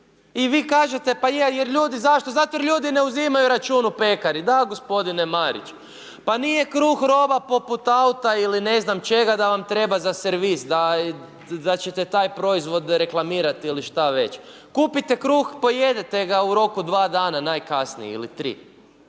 I vi kažete, pa je, jer zašto? Zato jer ljudi ne uzimaju račun u pekari. Da, gospodine Marić. Pa nije kruh roba poput auta ili ne znam čega da vam treba za servis, da ćete taj proizvod reklamirati ili šta već. Kupite kruh, pojedete ga u roku 2 dana najkasnije ili tri.